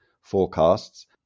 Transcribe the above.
forecasts